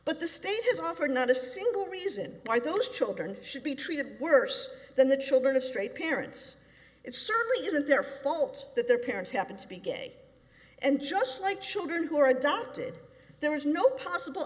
but the state has offered not a single reason why those children should be treated worse than the children of straight parents it certainly isn't their fault that their parents happen to be gay and just like children who are adopted there is no possible